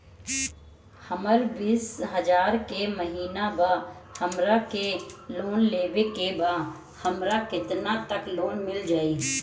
हमर बिस हजार के महिना बा हमरा के लोन लेबे के बा हमरा केतना तक लोन मिल जाई?